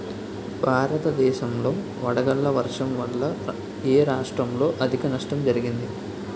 భారతదేశం లో వడగళ్ల వర్షం వల్ల ఎ రాష్ట్రంలో అధిక నష్టం జరిగింది?